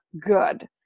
good